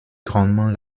grandement